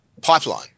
pipeline